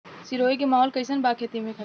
सिरोही के माहौल कईसन बा खेती खातिर?